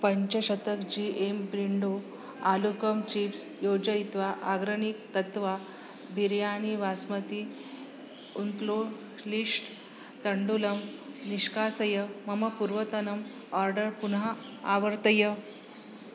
पञ्चशतकं जी एं ब्रिण्डो आलूकम् चिप्स् योजयित्वा आग्रनिक् तत्त्व बिर्याणि वास्मति उन्प्लोश्लिश्ट् तण्डुलं निष्कासय मम पुर्वतनम् आर्डर् पुनः आवर्तय